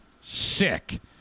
sick